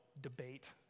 debate